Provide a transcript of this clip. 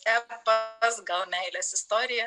epas gal meilės istorija